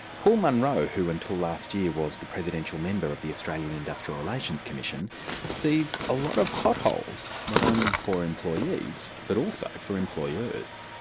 paul munro, who until last year was the presidential member of the australian industrial relations commission sees a lot of potholes not only for employees, but also for employers.